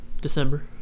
December